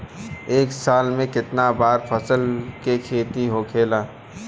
एक साल में कितना बार फसल के खेती होखेला?